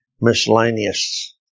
miscellaneous